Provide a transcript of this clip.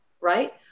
right